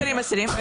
ל-2020.